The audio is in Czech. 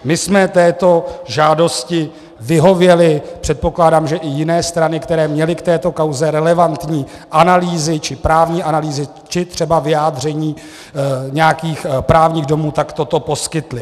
My jsme této žádosti vyhověli, předpokládám, že i jiné strany, které měly k této kauze relevantní analýzy či právní analýzy či třeba vyjádření nějakých právních domů, tak toto poskytly.